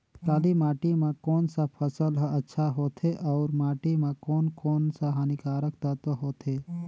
काली माटी मां कोन सा फसल ह अच्छा होथे अउर माटी म कोन कोन स हानिकारक तत्व होथे?